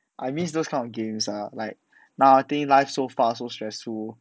I missed those kind of game ah like now I thing life so fast so stressful